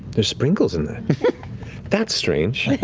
there's sprinkles in that? that's strange.